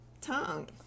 tongue